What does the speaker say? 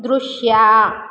ದೃಶ್ಯ